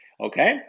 Okay